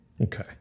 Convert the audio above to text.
Okay